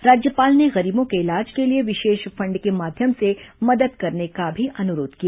राज्यपाल ने गरीबों के इलाज के लिए विशेष फंड के माध्यम से मदद करने का भी अनुरोध किया